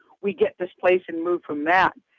we get displaced and move from that.